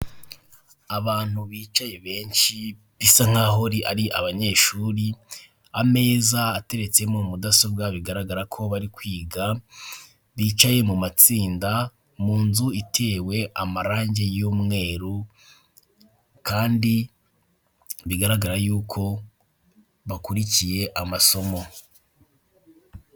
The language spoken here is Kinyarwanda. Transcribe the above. Abantu bicaye benshi bisa nk'aho ari abanyeshuri ameza ateretseho mudasobwa bigaragara ko bari kwiga bicaye mu matsinda mu nzu itewe amarangi y'umweru kandi bigaragara y'uko bakurikiye amasomo.